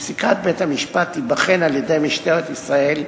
שפסיקת בית-המשפט תיבחן על-ידי משטרת ישראל,